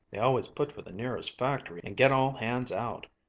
they always put for the nearest factory and get all hands out,